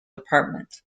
department